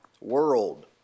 world